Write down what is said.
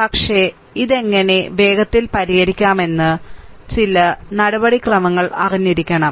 പക്ഷേ ഇത് എങ്ങനെ വേഗത്തിൽ പരിഹരിക്കാമെന്ന് ചില നടപടിക്രമങ്ങൾ അറിഞ്ഞിരിക്കണം